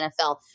NFL